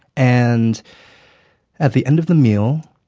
and at the end of the meal,